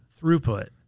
throughput